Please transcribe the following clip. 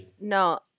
no